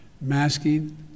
Masking